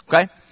Okay